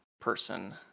person